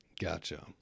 Gotcha